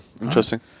interesting